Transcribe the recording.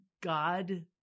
God